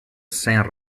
saint